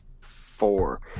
four